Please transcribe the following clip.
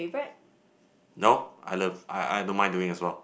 no I love I I don't mind doing as well